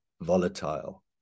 volatile